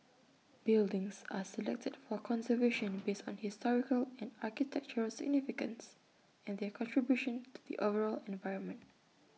buildings are selected for conservation based on historical and architectural significance and their contribution to the overall environment